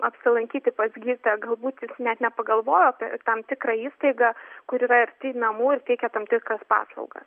apsilankyti pas gydytoją galbūt jis net nepagalvojo apie tam tikrą įstaigą kuri yra arti namų ir teikia tam tikras paslaugas